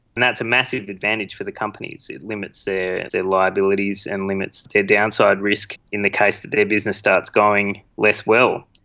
and that's a massive advantage for the companies, it limits ah their liabilities and limits their downside risk in the case that their business starts going less well.